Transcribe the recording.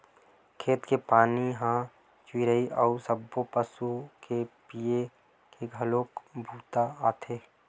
खेत के पानी ह चिरई अउ सब्बो पसु के पीए के घलोक बूता आथे